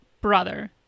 brother